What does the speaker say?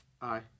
Aye